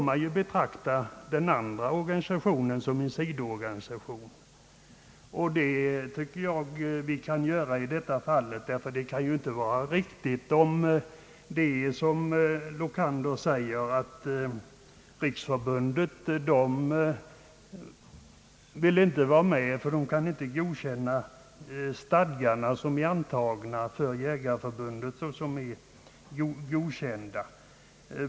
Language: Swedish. Då får man betrakta den andra organisationen som en sidoorganisation, och det tycker jag att vi kan göra i detta fall. Herr Lokander säger att Jägarnas riksförbund inte vill vara med om en sammanslagning därför att man inte kan godkänna de stadgar som gäller för Svenska jägareförbundet.